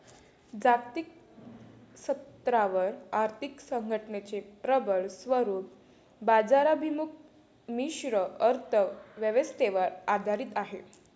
जागतिक स्तरावर आर्थिक संघटनेचे प्रबळ स्वरूप बाजाराभिमुख मिश्र अर्थ व्यवस्थेवर आधारित आहे